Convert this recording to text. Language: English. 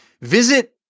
visit